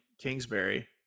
kingsbury